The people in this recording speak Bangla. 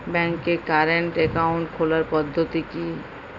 ব্যাংকে কারেন্ট অ্যাকাউন্ট খোলার পদ্ধতি কি?